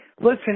Listen